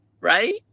right